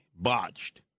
botched